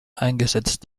eingesetzt